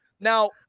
Now